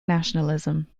nationalism